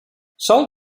sol